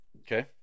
Okay